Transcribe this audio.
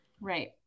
right